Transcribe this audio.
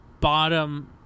bottom